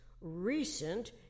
recent